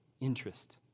interest